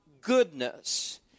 goodness